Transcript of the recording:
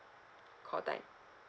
call time